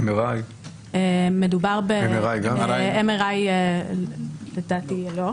MRI. MRI לדעתי לא.